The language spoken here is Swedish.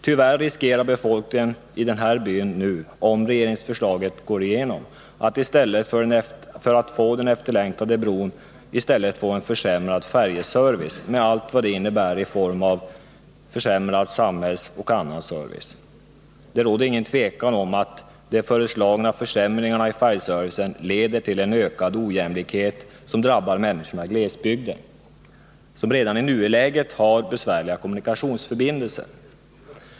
Tyvärr riskerar befolkningen i den här byn nu, om regeringsförslaget går igenom, att i stället för den efterlängtade bron få en försämrad färjeservice med allt vad det innebär i form av försämrad samhällsoch annan service. Det råder ingen tvekan om att de föreslagna försämringarna i färjeservicen leder till ökad ojämlikhet för människorna i glesbygden, som redan i nuläget har besvärliga kommunikationer.